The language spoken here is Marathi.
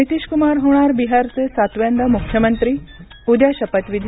नीतिश कुमार होणार बिहारचे सातव्यांदा मुख्यमंत्री उद्या शपथविधी